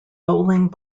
bowling